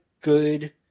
good